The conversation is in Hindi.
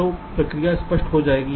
तो प्रक्रिया स्पष्ट हो जाएगी